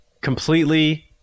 Completely